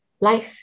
Life